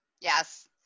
yes